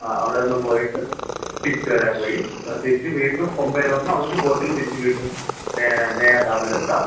ആ അവിടെ ഒന്ന് പോയിട്ട് തിരിച്ചുവരാൻ വഴി തിരിച്ച് വീണ്ടും പമ്പയില് വന്ന് അവിടുന്ന് ബോട്ടില് തിരിച്ചു വീണ്ടും നെയ്യാര് ഡാമിലെത്താം